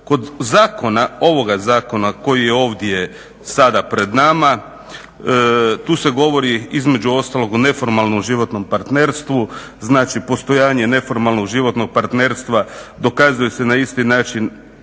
Kod Zakona, ovoga zakona koji je ovdje sada pred nama, tu se govori između ostalog o neformalnom životnom partnerstvu, znači postojanje neformalnog životnog partnerstva dokazuje se na isti način